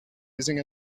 using